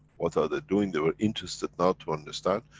what are they doing? they were interested now to understand.